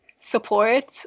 support